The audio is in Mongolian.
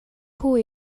хүү